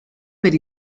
per